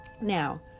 Now